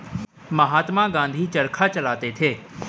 महात्मा गांधी चरखा चलाते थे